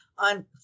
On